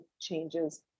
changes